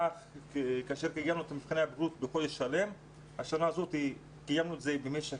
בעבר קיימנו את מבחני הבגרות במשך חודש שלם אבל השנה קיימנו במשך